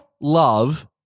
love –